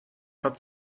hat